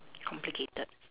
complicated